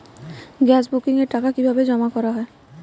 Gas বুকিংয়ের টাকা কিভাবে জমা করা হয়?